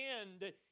end